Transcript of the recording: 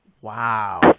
wow